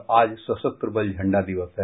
और आज सशस्त्र बल झंडा दिवस है